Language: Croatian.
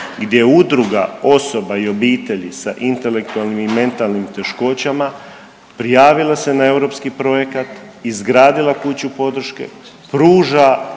gdje udruga osoba i obitelji sa intelektualnim i mentalnim teškoćama prijavila se na europski projekat, izgradila kuću podrške, pruža